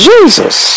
Jesus